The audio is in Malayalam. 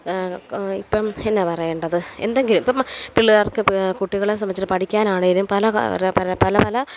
ഇപ്പം എന്നാണ് പറയേണ്ടത് എന്തെങ്കിലും പിള്ളേർക്ക് കുട്ടികളെ സംബന്ധിച്ച് പഠിക്കനാണേലും പല കാര്യം പല പല